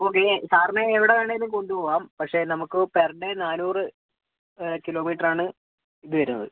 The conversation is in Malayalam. ഓക്കെ സാറിന് എവിടെ വേണമെങ്കിലും കൊണ്ടു പോവാം പക്ഷെ നമുക്ക് പെർ ഡേ നാനൂറ് കിലോമീറ്റർ ആണ് ഇത് വരുന്നത്